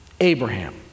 Abraham